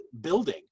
building